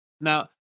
Now